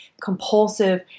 compulsive